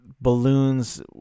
balloons